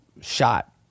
shot